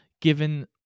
given